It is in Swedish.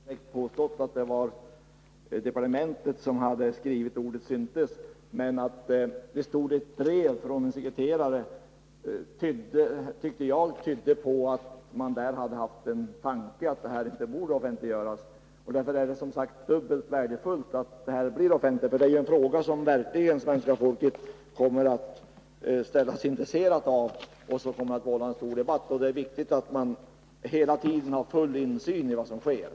Herr talman! Jag har inte påstått att det är departementet som skrivit ordet ”syntes”. Men att det stod i ett brev från en sekreterare tyckte jag tydde på att man haft tanken att denna handling inte borde offentliggöras. Därför är det dubbelt värdefullt att nu få veta att handlingen är offentlig. Det gäller en fråga som svenska folket verkligen kommer att intressera sig för och som kommer att vålla en stor debatt. Därför är det viktigt att man hela tiden har full insyn i vad som sker.